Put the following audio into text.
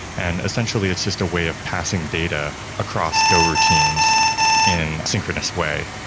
and essentially, it's just a way of passing data across go routines in a synchronous way.